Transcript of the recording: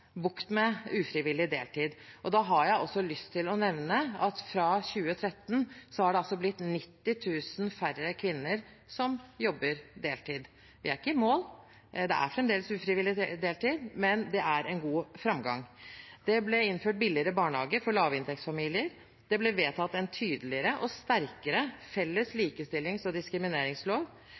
bukt med ufrivillig deltid. Og da har jeg også lyst til å nevne at fra 2013 er det blitt 90 000 færre kvinner som jobber deltid. Vi er ikke i mål, det er fremdeles ufrivillig deltid, men det er en god framgang. Det ble innført billigere barnehage for lavinntektsfamilier. Det ble vedtatt en tydeligere og sterkere felles likestillings- og diskrimineringslov.